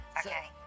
okay